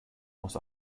muss